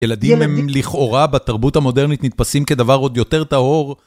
ילדים הם לכאורה בתרבות המודרנית נתפסים כדבר עוד יותר טהור.